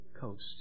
coast